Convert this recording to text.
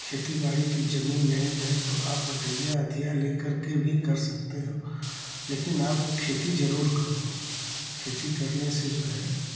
खेती बाड़ी कि जमीन नहीं है तो आप बटैया अधिया लेकर के भी कर सकते हैं लेकिन आप खेती जरूर करो खेती करने से जो है